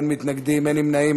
אין מתנגדים, אין נמנעים.